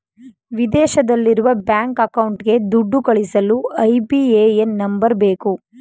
ವಿದೇಶದಲ್ಲಿರುವ ಬ್ಯಾಂಕ್ ಅಕೌಂಟ್ಗೆ ದುಡ್ಡು ಕಳಿಸಲು ಐ.ಬಿ.ಎ.ಎನ್ ನಂಬರ್ ಬೇಕು